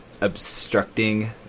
obstructing